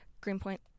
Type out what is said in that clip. Greenpoint